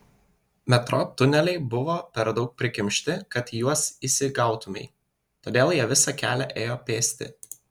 metro tuneliai buvo per daug prikimšti kad į juos įsigautumei todėl jie visą kelią ėjo pėsti